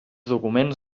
documents